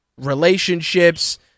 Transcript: relationships